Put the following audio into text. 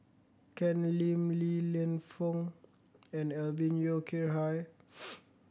Ken Lim Li Lienfung and Alvin Yeo Khirn Hai